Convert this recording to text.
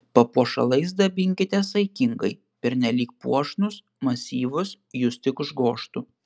papuošalais dabinkitės saikingai pernelyg puošnūs masyvūs jus tik užgožtų